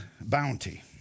Bounty